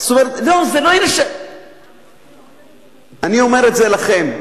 זאת אומרת, אני אומר את זה לכם.